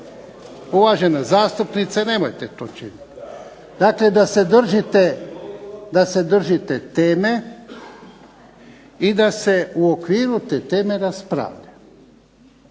Uvažena zastupnice nemojte to činiti. Znate da se držite teme i da se u okviru te teme raspravlja.